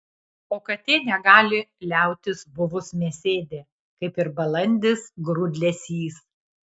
o katė negali liautis buvus mėsėdė kaip ir balandis grūdlesys